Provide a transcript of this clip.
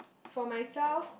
for myself